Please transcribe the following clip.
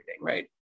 right